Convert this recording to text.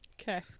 Okay